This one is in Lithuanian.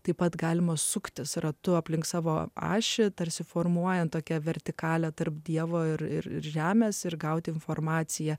taip pat galima suktis ratu aplink savo ašį tarsi formuojant tokią vertikalę tarp dievo ir žemės ir gauti informaciją